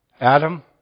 Adam